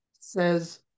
says